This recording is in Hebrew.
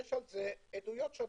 יש עדויות שונות,